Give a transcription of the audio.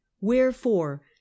wherefore